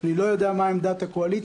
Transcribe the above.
אני לא יודע מה עמדת הקואליציה,